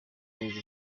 neza